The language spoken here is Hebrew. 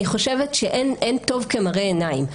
אני חושבת שאין טוב כמראה עיניים,